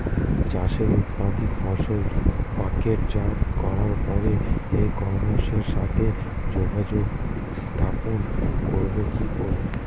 চাষের উৎপাদিত ফসল প্যাকেটজাত করার পরে ই কমার্সের সাথে যোগাযোগ স্থাপন করব কি করে?